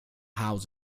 house